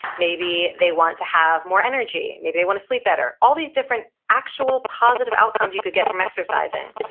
maybe they want to have more energy. maybe they want to sleep better. all these different actual positive outcomes you could get from exercising.